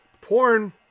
Porn